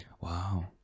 wow